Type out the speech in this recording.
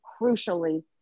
crucially